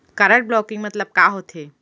Card blocking मतलब का होथे?